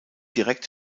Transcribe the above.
direkt